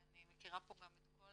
ואני מכירה פה גם את כל